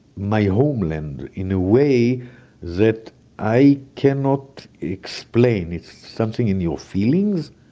my homeland in a way that i cannot explain it's something in your feelings.